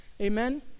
Amen